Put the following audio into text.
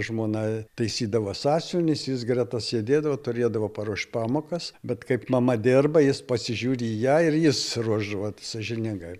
žmona taisydavo sąsiuvinius jis greta sėdėdavo turėdavo paruošt pamokas bet kaip mama dirba jis pasižiūri į ją ir jis ruošdavo vat sąžiningai